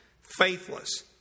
Faithless